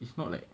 it's not like